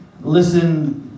listen